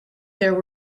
there